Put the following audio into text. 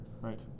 Right